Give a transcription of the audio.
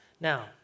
Now